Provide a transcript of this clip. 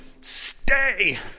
stay